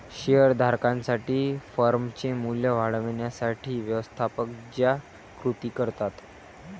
share धारकांसाठी फर्मचे मूल्य वाढवण्यासाठी व्यवस्थापक ज्या कृती करतात